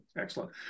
Excellent